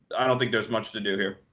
i don't think there's much to do here.